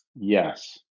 Yes